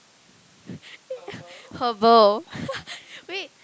herbal wait